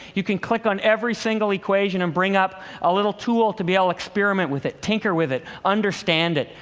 you can click on every single equation and bring up a little tool to be able to experiment with it, tinker with it, understand it.